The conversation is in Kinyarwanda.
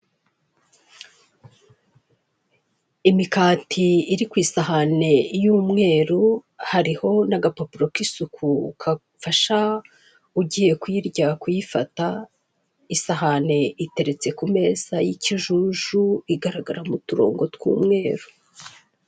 Imikati iri ku isahane y'umweru hariho n'agapapuro k'isuku gafasha ugiye kuyirya kuyifata, isahane iteretse ku meza y'ikijuju igaragaraho uturongo tw'umweru.